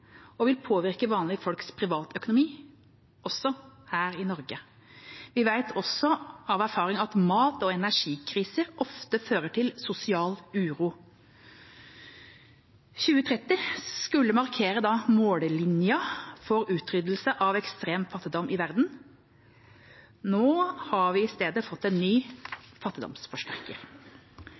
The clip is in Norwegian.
og påvirke vanlige folks privatøkonomi, også her i Norge. Vi vet også av erfaring at mat- og energikriser ofte fører til sosial uro. 2030 skulle markere mållinja for utryddelse av ekstrem fattigdom i verden. Nå har vi i stedet fått en ny fattigdomsforsterker.